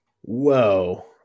Whoa